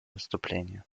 выступление